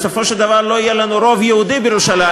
בסופו של דבר לא יהיה לנו רוב יהודי בירושלים,